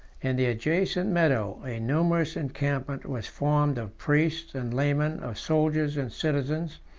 in the adjacent meadow, a numerous encampment was formed of priests and laymen, of soldiers and citizens,